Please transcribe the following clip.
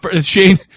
Shane